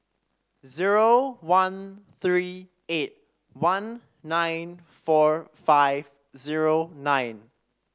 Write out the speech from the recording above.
zero one three eight one nine four five zero nine